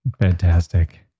Fantastic